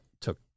took